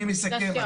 אני מסכם.